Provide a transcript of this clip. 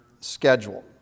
schedule